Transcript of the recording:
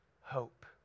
hope